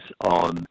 on